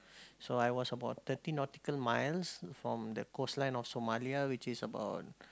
so I was about thirty nautical miles from the coastline of Somalia which is about